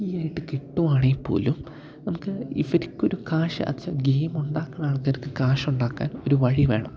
ഫ്രീയായിട്ട് കിട്ടുകയാണെങ്കില്പ്പോലും നമുക്ക് ഇവര്ക്കൊരു കാശ് അഛാ ഗെയിം ഉണ്ടാക്കുന്ന ആൾക്കാർക്ക് കാശ് ഉണ്ടാക്കാൻ ഒരു വഴി വേണം